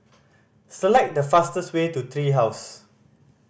select the fastest way to Three House